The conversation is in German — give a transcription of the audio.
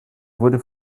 wurde